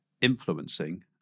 influencing